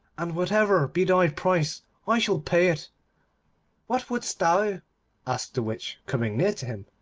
and whatever be thy price i shall pay it what wouldst thou asked the witch, coming near to him.